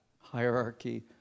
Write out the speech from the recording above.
hierarchy